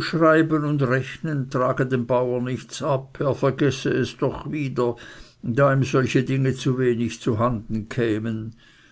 schreiben und rechnen trage dem bauer nichts ab er vergesse es doch wieder da ihm solche dinge zu wenig zuhanden kämen